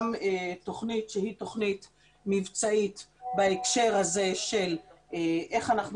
יש תוכנית שהיא תוכנית מבצעית בהקשר הזה של איך אנחנו